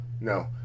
no